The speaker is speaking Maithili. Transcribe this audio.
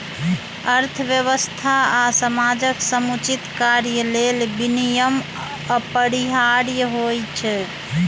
अर्थव्यवस्था आ समाजक समुचित कार्य लेल विनियम अपरिहार्य होइ छै